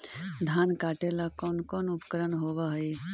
धान काटेला कौन कौन उपकरण होव हइ?